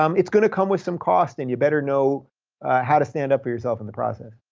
um it's gonna come with some cost, and you'd better know how to stand up for yourself in the process.